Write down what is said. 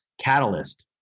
catalyst